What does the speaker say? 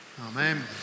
Amen